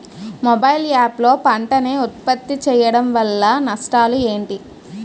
Mobile app లో పంట నే ఉప్పత్తి చేయడం వల్ల నష్టాలు ఏంటి?